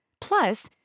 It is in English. plus